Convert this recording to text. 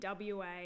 WA